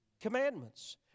Commandments